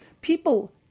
people